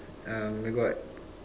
um got